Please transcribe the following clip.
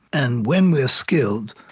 and when we are skilled,